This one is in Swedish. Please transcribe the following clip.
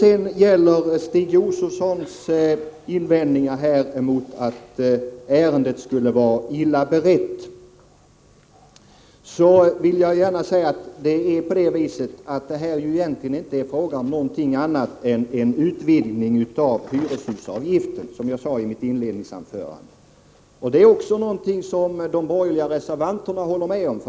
Sedan till Stig Josefsons uppfattning att ärendet skulle vara illa berett. Jag vill gärna säga att det här inte är fråga om något annat än en utvidgning av hyreshusavgiften, vilket jag också sade i mitt inledningsanförande. Det är också någonting som de borgerliga reservanterna håller med om.